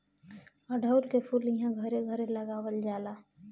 अढ़उल के फूल इहां घरे घरे लगावल जाला